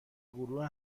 گروه